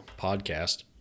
podcast